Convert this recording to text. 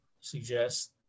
suggest